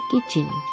Kitchen